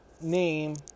Name